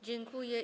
Dziękuję.